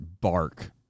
bark